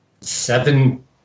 seven